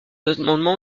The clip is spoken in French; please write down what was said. amendement